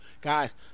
Guys